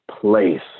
place